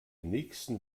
nächsten